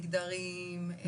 מגדרים,